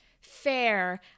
fair